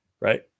right